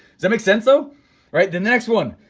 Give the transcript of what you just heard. does that make sense? so right, then the next one,